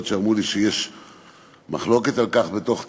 שאמרו לי שיש מחלוקת על כך בתוך צה"ל.